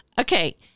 okay